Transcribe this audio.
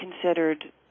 considered